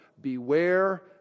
Beware